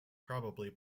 probably